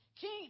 king